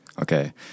Okay